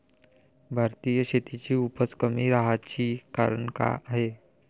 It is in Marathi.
भारतीय शेतीची उपज कमी राहाची कारन का हाय?